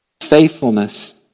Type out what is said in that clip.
Faithfulness